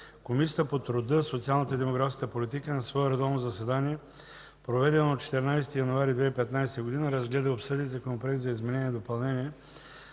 Комисията по труда, социалната и демографската политика на свое редовно заседание, проведено на 14 януари 2015 г., разгледа и обсъди Законопроект за изменение и допълнение